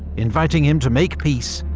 inviting him to make peace,